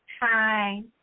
Hi